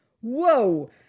Whoa